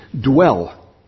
dwell